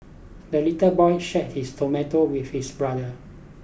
the little boy shared his tomato with his brother